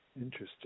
Interesting